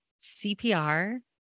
CPR